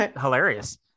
hilarious